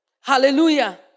Hallelujah